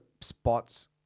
spots